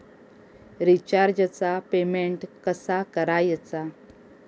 रिचार्जचा पेमेंट कसा करायचा?